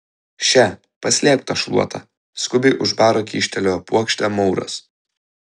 še paslėpk tą šluotą skubiai už baro kyštelėjo puokštę mauras